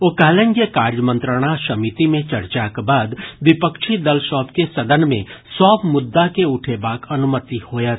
ओ कहलनि जे कार्यमंत्रणा समिति मे चर्चाक बाद विपक्षी दल सभ के सदन मे सभ मुद्दा के उठेबाक अनुमति होयत